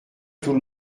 tout